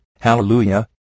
Hallelujah